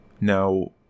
Now